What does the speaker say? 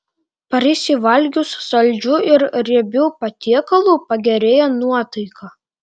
prisivalgius saldžių ir riebių patiekalų pagerėja nuotaika